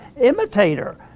imitator